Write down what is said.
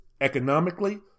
economically